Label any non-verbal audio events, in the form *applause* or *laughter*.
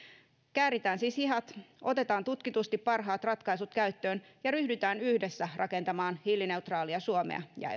kääritään siis hihat otetaan tutkitusti parhaat ratkaisut käyttöön ja ryhdytään yhdessä rakentamaan hiilineutraalia suomea ja *unintelligible*